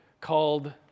called